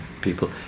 people